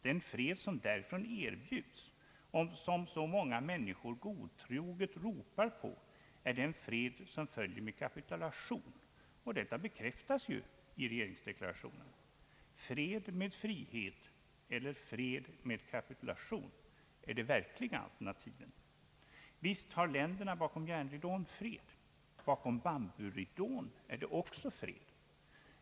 Den fred som därifrån erbjuds och som så många människor godtroget ropar på är den fred som följer med kapitulation, och detta bekräftas ju i regeringsdeklarationen. Fred med frihet el ler fred med kapitulation är de verkliga alternativen. Visst har länderna bakom järnridån fred. Bakom bamburidån är det också fred.